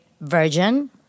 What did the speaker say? virgin